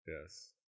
yes